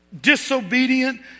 disobedient